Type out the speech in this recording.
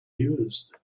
used